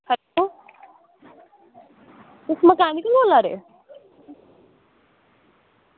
hello तुस mechanic बो्ल्ला दे